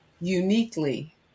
uniquely